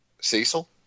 Cecil